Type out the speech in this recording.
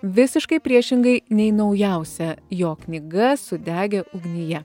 visiškai priešingai nei naujausia jo knyga sudegę ugnyje